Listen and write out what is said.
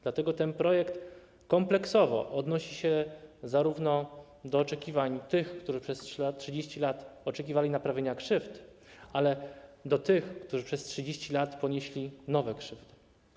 Dlatego ten projekt kompleksowo odnosi się zarówno do oczekiwań tych, którzy przez 30 lat oczekiwali naprawienia krzywd, jak i do tych, którzy przez 30 lat ponieśli nowe krzywdy.